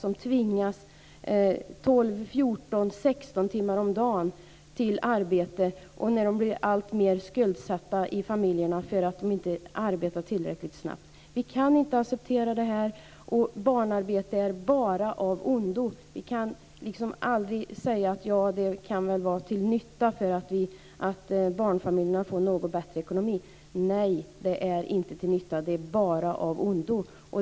De tvingas till arbete 12-16 timmar om dagen när familjerna blir alltmer skuldsatta för att de inte arbetar tillräckligt snabbt. Vi kan inte acceptera det här. Barnarbete är bara av ondo. Vi kan aldrig säga att det kan vara till nytta för att barnfamiljerna får något bättre ekonomi. Nej, det är inte till nytta. Det är bara av ondo.